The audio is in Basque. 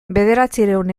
bederatziehun